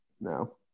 no